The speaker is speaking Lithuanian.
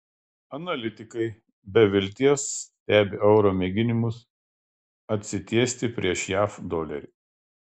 analitikai be vilties stebi euro mėginimus atsitiesti prieš jav dolerį